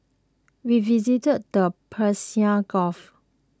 we visited the Persian Gulf